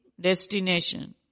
Destination